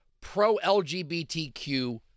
pro-LGBTQ